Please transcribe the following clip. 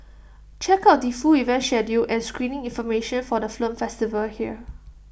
check out the full event schedule and screening information for the film festival here